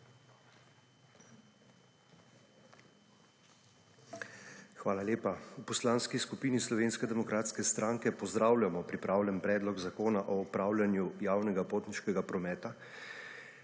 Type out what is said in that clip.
Hvala lepa. V Poslanski skupini Slovenske demokratske stranke pozdravljamo pripravljen predlog zakona o uporabljanju javnega potniškega prometa